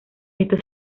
estos